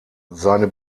seine